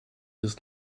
does